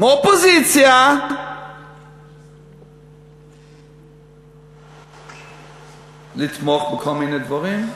מהאופוזיציה לתמוך בכל מיני דברים?